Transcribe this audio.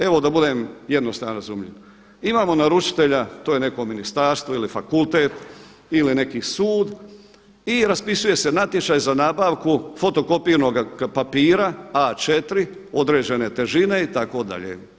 Evo da budem jednostavan i razumljiv imamo naručitelja to je neko ministarstvo ili fakultet ili neki sud i raspisuje se natječaj za nabavku fotokopirnog papira A4 određene težine itd.